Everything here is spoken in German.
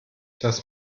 das